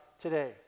today